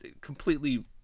completely